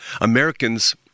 Americans